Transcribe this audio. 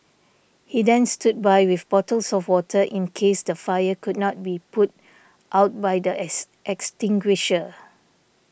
he then stood by with bottles of water in case the fire could not be put out by the extinguisher